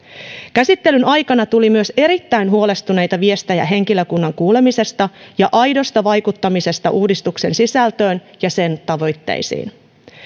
käsittelyn aikana tuli myös erittäin huolestuneita viestejä henkilökunnan kuulemisesta ja aidosta vaikuttamisesta uudistuksen sisältöön ja sen tavoitteisiin